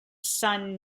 son